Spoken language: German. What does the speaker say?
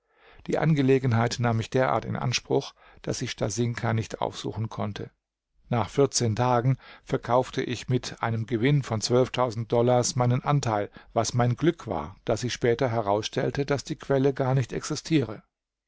die angelegenheit nahm mich derart in anspruch daß ich stasinka nicht aufsuchen konnte nach vierzehn tagen verkaufte ich mit einem gewinn von zwölftausend dollars meinen anteil was mein glück war da sich später herausstellte daß die quelle gar nicht existiere